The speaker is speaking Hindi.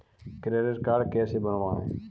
क्रेडिट कार्ड कैसे बनवाएँ?